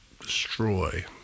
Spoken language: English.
Destroy